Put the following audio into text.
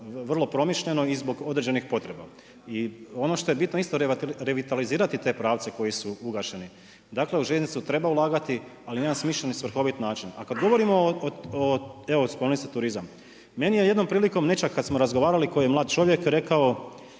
vrlo promišljeno i zbog određenih potreba i ono što je bitno isto revitalizirati te pravce koji su ugašeni. Dakle, u željeznicu treba ulagati ali na jedan smišljen i svrhovit način, a kad govorimo, evo spomenuli ste turizam, meni je jednom prilikom nećak kad smo razgovarali, koji je mlad čovjek rekao